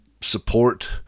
support